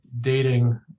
dating